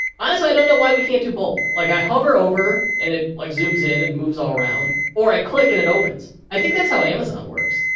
i and i don't know why we can't do both. like, i hover over and it, like, zooms in and moves all around, or i click and it opens. i think that's how amazon works.